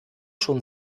schon